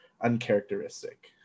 uncharacteristic